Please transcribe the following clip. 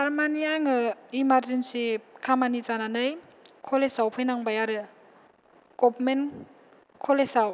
थारमानि आङो इमारजेनसि खामानि जानानै कलेजाव फैनांबाय आरो गभमेन्ट कलेजाव